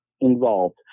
involved